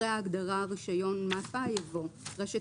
אחרי ההגדרה "רישיון מפ"א" יבוא: ""רשת